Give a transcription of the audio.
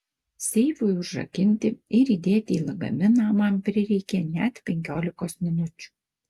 seifui užrakinti ir įdėti į lagaminą man prireikė net penkiolikos minučių